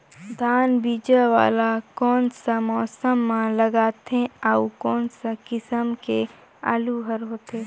धान बीजा वाला कोन सा मौसम म लगथे अउ कोन सा किसम के आलू हर होथे?